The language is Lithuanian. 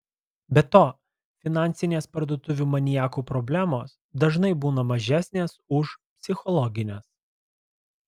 be to finansinės parduotuvių maniakų problemos dažnai būna mažesnės už psichologines